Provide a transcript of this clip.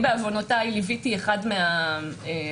אני בעוונותי ליוויתי אחת מחברות